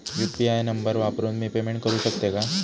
UPI number वापरून मी payment करू शकते का?